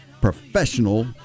professional